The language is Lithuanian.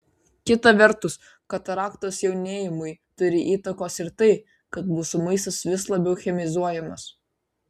kita vertus kataraktos jaunėjimui turi įtakos ir tai kad mūsų maistas vis labiau chemizuojamas